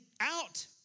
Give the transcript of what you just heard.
out